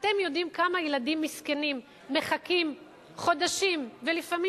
אתם יודעים כמה ילדים מסכנים מחכים חודשים ולפעמים